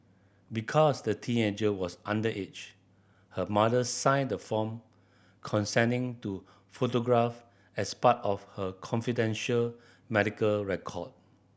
because the teenager was underage her mother signed the form consenting to photograph as part of her confidential medical record